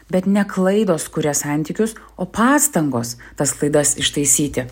bet ne klaidos kuria santykius o pastangos tas klaidas ištaisyti